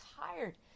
tired